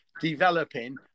developing